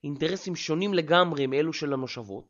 אינטרסים שונים לגמרי מאלו של המושבות.